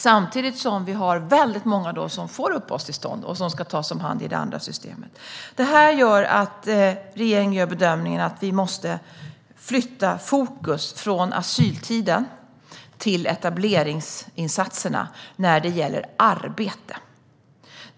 Samtidigt får vi då väldigt många som får uppehållstillstånd och som ska tas om hand i det andra systemet. Det gör att regeringen bedömer att vi måste flytta fokus från asyltiden till etableringsinsatserna när det gäller arbete.